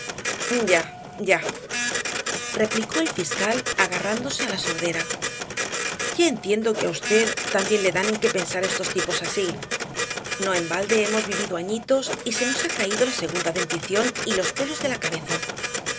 señores ya ya replicó el fiscal agarrándose á la sordera ya entiendo que á v también le dan en qué pensar estos tipos así no en balde hemos vivido añitos y se nos ha caído la segunda dentición y los pelos de la cabeza